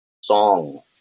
song